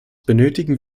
benötigen